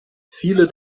viele